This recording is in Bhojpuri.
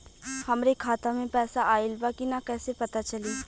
हमरे खाता में पैसा ऑइल बा कि ना कैसे पता चली?